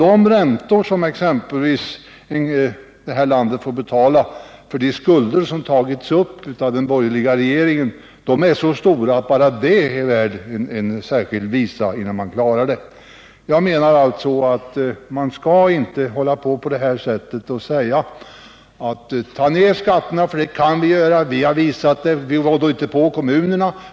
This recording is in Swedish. De räntor som vi får betala på de lån som tagits upp av den borgerliga regeringen är så stora att bara de är värda en särskild visa. Staffan Burenstam Linder säger att vi skall sänka kommunalskatterna.